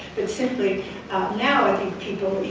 simply now i think people,